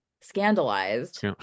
scandalized